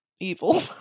evil